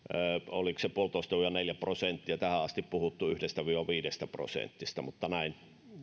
oliko se yksi pilkku viisi viiva neljä prosenttia tähän asti on puhuttu yhdestä viiva viidestä prosentista mutta näin